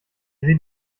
sieht